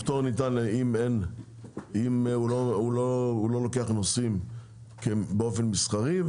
הפטור ניתן אם הוא לא לוקח נוסעים באופן מסחרי,